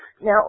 now